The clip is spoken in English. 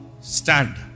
stand